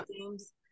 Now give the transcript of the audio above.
games